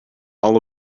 all